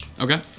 Okay